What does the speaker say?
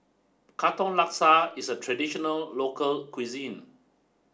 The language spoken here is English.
Katong Laksa is a traditional local cuisine